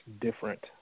different